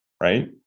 right